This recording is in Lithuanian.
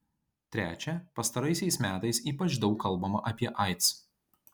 trečia pastaraisiais metais ypač daug kalbama apie aids